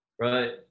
Right